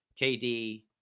KD